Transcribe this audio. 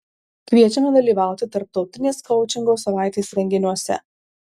kviečiame dalyvauti tarptautinės koučingo savaitės renginiuose